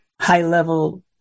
high-level